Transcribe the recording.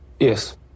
Yes